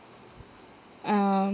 um